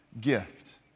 gift